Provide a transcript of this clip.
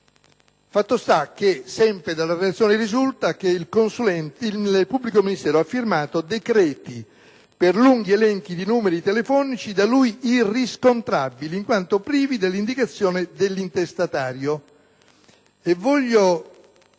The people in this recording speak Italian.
e formulare suggerimenti. Fatto sta che il pubblico ministero ha firmato decreti con lunghi elenchi di numeri telefonici da lui irriscontrabili, in quanto privi dell'indicazione dell'intestatario.